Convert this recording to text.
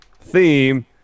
theme